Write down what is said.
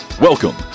Welcome